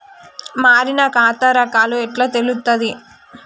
మారిన ఖాతా రకాలు ఎట్లా తెలుత్తది?